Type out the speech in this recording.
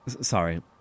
Sorry